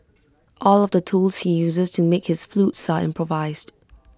all of the tools he uses to make his flutes are improvised